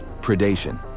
predation